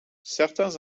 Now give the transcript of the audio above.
certains